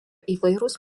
įvairūs